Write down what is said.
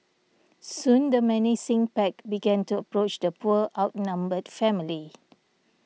soon the menacing pack began to approach the poor outnumbered family